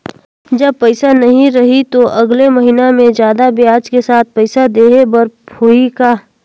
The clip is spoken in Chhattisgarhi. जब पइसा नहीं रही तो अगले महीना मे जादा ब्याज के साथ पइसा देहे बर होहि का?